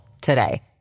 today